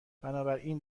بنابراین